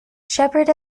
sheppard